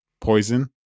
poison